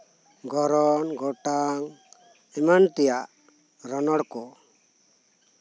ᱜᱚᱨᱚᱱ ᱜᱚᱴᱟᱱ ᱮᱢᱟᱱ ᱛᱮᱭᱟᱜ ᱨᱚᱱᱚᱲ ᱠᱚ